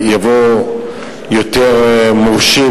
יבואו יותר מורשים,